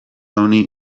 honi